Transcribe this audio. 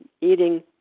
eating